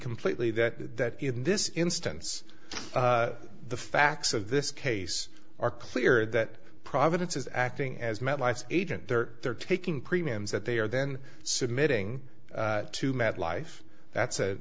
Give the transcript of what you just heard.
completely that in this instance the facts of this case are clear that providence is acting as metlife agent there they're taking premiums that they are then submitting to met life that's